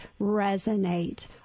resonate